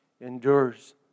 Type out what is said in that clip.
endures